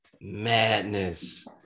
Madness